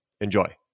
Enjoy